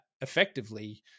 effectively